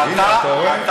הינה, אתה רואה?